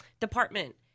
department